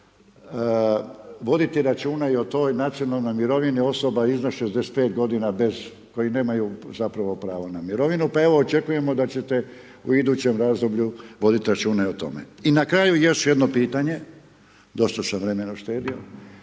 voditi računa i o toj nacionalnoj mirovini osoba iznad 65 g. koji nemaju zapravo prava na mirovinu, pa očekujemo da ćete u idućem razdoblju voditi računa i o tome. I na kraju još jedno pitanje, dosta sam vremena uštedio,